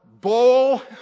bowl